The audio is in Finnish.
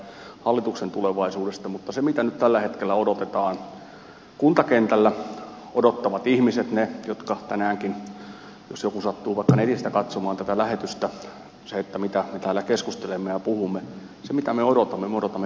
näin oppositiopuolueen edustajana ei tarvitse olla hirveästi huolissaan ministerin omasta tulevaisuudesta tai hallituksen tulevaisuudesta mutta mitä nyt tällä hetkellä odotetaan mitä odottavat kuntakentällä ihmiset ne joista tänäänkin joku saattaa sattua vaikka netistä katsomaan tätä lähetystä ja me jotka täällä keskustelemme ja puhumme mitä me odotamme me odotamme päätöksiä